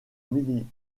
millénaire